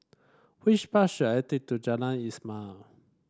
which bus should I take to Jalan Ismail